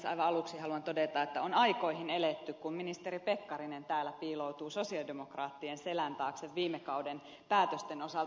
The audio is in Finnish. aivan aluksi haluan todeta että on aikoihin eletty kun ministeri pekkarinen täällä piiloutuu sosialidemokraattien selän taakse viime kauden päätösten osalta